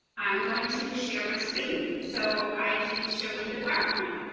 i'm going to share my screen so i can show you the powerpoint.